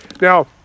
Now